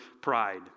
pride